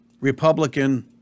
Republican